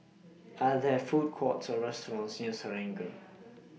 Are There Food Courts Or restaurants near Serangoon